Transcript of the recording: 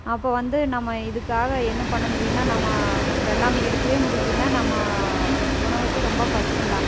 அப்போ வந்து நம்ம இதுக்காக என்ன பண்ண முடியும்னா நம்ம வெள்ளாமை எடுக்கவே முடியலினா நம்ம உணவுக்கு ரொம்ப கஷ்டம்தான்